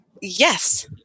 yes